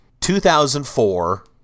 2004